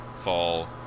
Fall